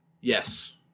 Yes